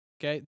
okay